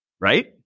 Right